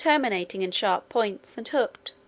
terminating in sharp points, and hooked.